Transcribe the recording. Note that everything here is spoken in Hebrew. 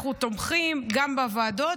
אנחנו תומכים בהם גם בוועדות.